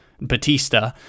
Batista